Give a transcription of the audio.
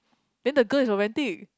then the girl is romantic